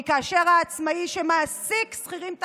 כי כאשר העצמאי שמעסיק שכירים תחתיו,